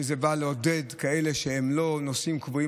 שזה בא לעודד כאלה שאינם נוסעים קבועים